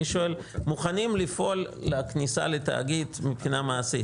אני שואל: מוכנים לפעול לכניסה לתאגיד מבחינה מעשית?